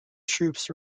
troops